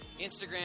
Instagram